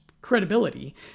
credibility